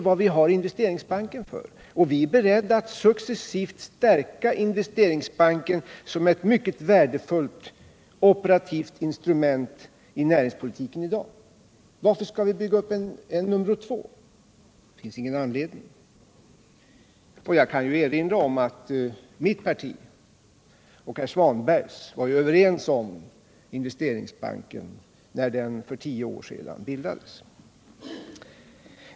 Vi är beredda att successivt stärka Investeringsbanken som ett mycket värdefullt operativt instrument i näringspolitiken i dag. Varför skall vi bygga upp en bank nummer två? Det finns ingen anledning. Jag kan ju erinra om att mitt parti och herr Svanbergs parti var överens om upprättandet av Investeringsbanken när den för tio år sedan bildades.